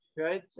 Right